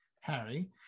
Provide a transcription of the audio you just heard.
Harry